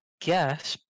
guess